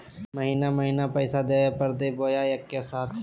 महीने महीने पैसा देवे परते बोया एके साथ?